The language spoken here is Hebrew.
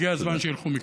הגיע הזמן שילכו מכאן.